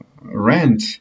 rent